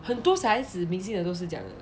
很多小孩子明星的都是这样的